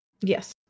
Yes